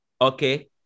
okay